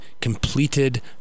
completed